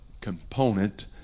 component